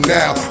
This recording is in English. now